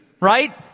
right